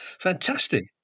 fantastic